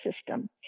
system